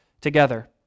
together